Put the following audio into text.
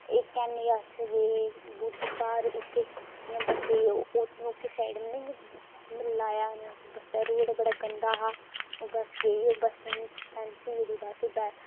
इक ऐनी असें गे बूजी घर उत्थै इ'यां बस्सै ओह्की ओह्की साइड निं मजा आया निं उत्थै बस्सै रोड बड़ा गंदा हा ओह् बस गेई बस इन्नी फैंसी जेह्दी बस